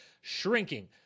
shrinking